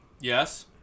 Yes